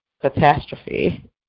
catastrophe